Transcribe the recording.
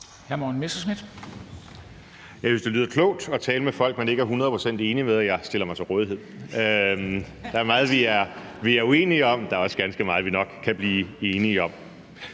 Jeg synes, det lyder klogt at tale med folk, man ikke er hundrede procent enig med, og jeg stiller mig til rådighed. Der er meget, vi er uenige om, men der er også ganske meget, vi nok kan blive enige om.